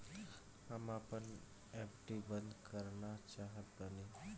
हम आपन एफ.डी बंद करना चाहत बानी